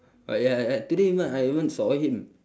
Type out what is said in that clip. but ya uh today even I even saw him